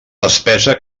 despesa